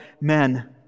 men